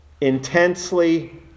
Intensely